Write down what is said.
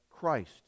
Christ